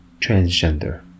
transgender